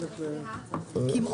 הישיבה